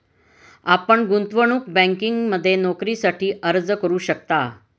आपण गुंतवणूक बँकिंगमध्ये नोकरीसाठी अर्ज करू शकता